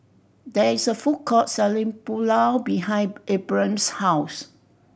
there is a food court selling Pulao behind Abram's house